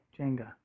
Jenga